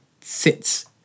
sits